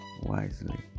wisely